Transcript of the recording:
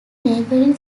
neighbouring